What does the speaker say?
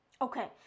Okay